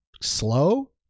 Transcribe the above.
slow